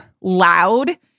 loud